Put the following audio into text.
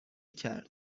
کرد